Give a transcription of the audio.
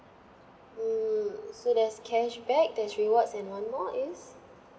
mm so there's cashback there's rewards and one more is